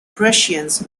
prussians